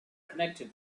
connected